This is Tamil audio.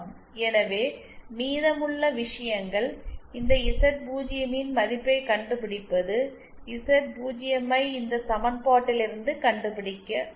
எனவே மீதமுள்ள விஷயங்கள் இந்த இசட் 0 இன் மதிப்பைக் கண்டுபிடிப்பது இசட் 0 ஐ இந்த சமன்பாட்டிலிருந்து கண்டுபிடிக்க முடியும்